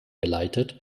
geleitet